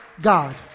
God